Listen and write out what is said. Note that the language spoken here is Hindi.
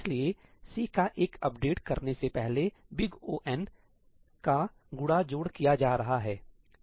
इसलिए C का एक अपडेट करने से पहले O का आप जानते हैं गुणा जोड़ किया जा रहा है